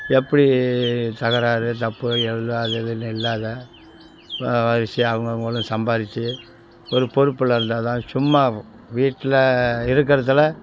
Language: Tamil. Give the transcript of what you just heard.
எப்படி தகராறு தப்பு எல்லாம் அது அதுலேயும் இல்லாம வரிசையாக அவங்கவுங்களும் சம்பாதிச்சி ஒரு பொறுப்பில் இருந்தால் தான் சும்மா வீட்டில் இருக்கிறத்துல